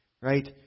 right